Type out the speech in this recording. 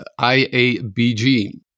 IABG